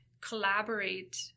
collaborate